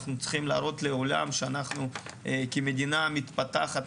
אנחנו צריכים להראות לעולם שכמדינה מתפתחת,